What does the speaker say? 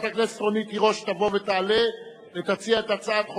נא להצביע.